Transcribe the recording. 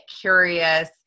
curious